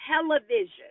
television